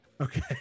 Okay